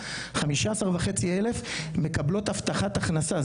חמישה עשר וחצי אלף מקבלות הבטחת הכנסה.